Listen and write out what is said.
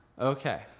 Okay